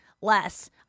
less